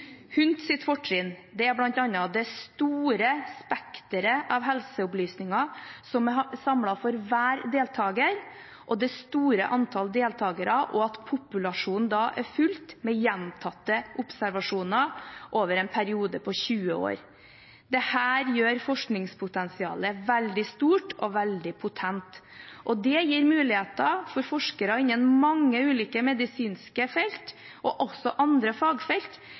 HUNT til en betydningsfull samling av helsedata og biologisk materiale også i internasjonal sammenheng, og HUNT-materialet benyttes av veldig mange forskere innenfor veldig mange temaer og fagdisipliner. HUNTs fortrinn er bl.a. det store spekteret av helseopplysninger som er samlet for hver deltaker, det store antall deltakere og at populasjonen er fulgt med gjentatte observasjoner over en periode på 20 år. Dette gjør forskningspotensialet veldig stort og veldig potent, og det gir muligheter